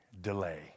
delay